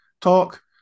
talk